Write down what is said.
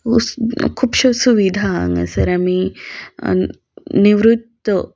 खुबश्यो सुविधा हांगासर आमी निवृत्त